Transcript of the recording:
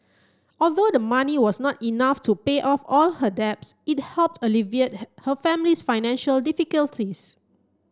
although the money was not enough to pay off all her debts it helped alleviate her family's financial difficulties